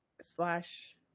slash